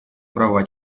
права